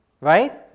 right